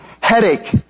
headache